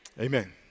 Amen